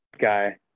guy